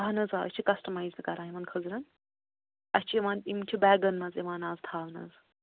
اَہَن حظ آ أسۍ چھِ کَسٹَمایِز تہِ کَران یِمَن خٔزٕرَن اَسہِ چھِ یِوان یِم چھِ بٮ۪گَن منٛز یِوان اَز تھاونہٕ حظ